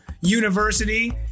university